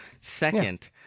Second